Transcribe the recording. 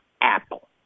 Apple